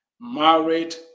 Married